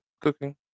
cooking